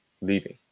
leaving